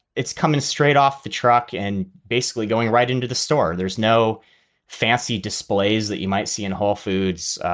it's coming straight off the truck and basically going right into the store. there's no fancy displays that you might see in whole foods.